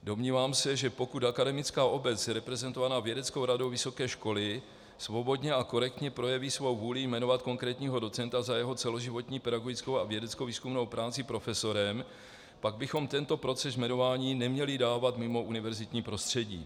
Domnívám se, že pokud akademická obec reprezentovaná vědeckou radou vysoké školy svobodně a korektně projeví svou vůli jmenovat konkrétního docenta za jeho celoživotní pedagogickou a vědeckovýzkumnou práci profesorem, pak bychom tento proces jmenování neměli dávat mimo univerzitní prostředí.